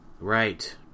Right